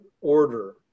order